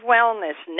Wellness